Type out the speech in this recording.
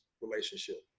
relationship